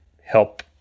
help